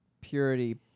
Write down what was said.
purity